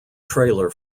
trailer